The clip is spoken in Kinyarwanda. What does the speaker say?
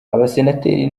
abasenateri